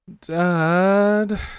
Dad